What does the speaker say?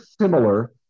similar